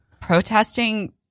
protesting